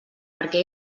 perquè